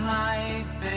life